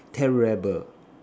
terrible